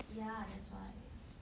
ya that's why